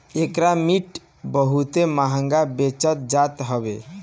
एकर meat बहुते महंग बेचल जात हवे